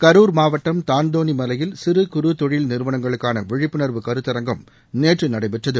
கரூர் மாவட்டம் தாந்தோணிமலையில் சிறு குறு தொழில் நிறுவனங்களுக்கானவிழிப்புணர்வு கருத்தரங்கம் நேற்றுநடைபெற்றது